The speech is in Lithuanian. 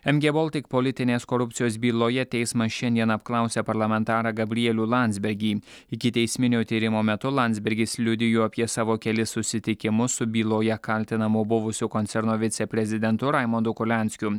mg boltik politinės korupcijos byloje teismas šiandien apklausia parlamentarą gabrielių landsbergį ikiteisminio tyrimo metu landsbergis liudijo apie savo kelis susitikimus su byloje kaltinamu buvusiu koncerno viceprezidentu raimondu kurlianskiu